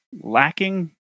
lacking